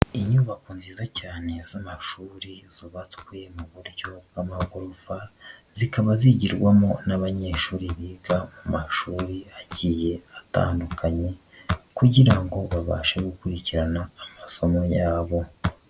Inyubako nziza cyane z'amashuri zubatswe mu buryo bw'amagorofa, zikaba zigirwamo n'abanyeshuri biga mu mashuri agiye atandukanye kugira ngo babashe gukurikirana amasomo yabo.